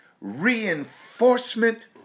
reinforcement